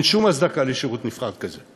אין שום הצדקה לשירות נפרד כזה.